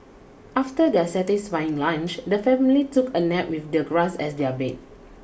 after their satisfying lunch the family took a nap with the grass as their bed